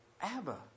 Abba